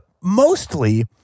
mostly